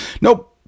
Nope